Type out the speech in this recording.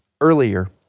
earlier